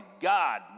God